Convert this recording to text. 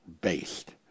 based